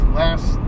last